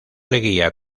leguía